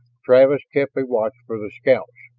travis kept a watch for the scouts.